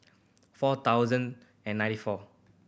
four thousand and ninety four